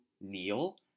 kneel